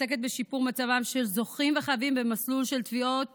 עוסקת בשיפור מצבם של זוכים וחייבים במסלול של תביעות